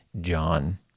John